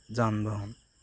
যানবাহন